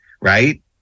right